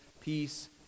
peace